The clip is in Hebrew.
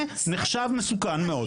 זה נחשב מסוכן מאוד.